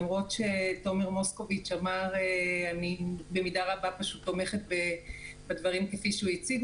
למרות שבמידה רבה אני תומכת בדבריו של תומר מוסקוביץ'.